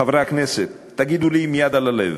חברי הכנסת, תגידו לי עם יד על הלב,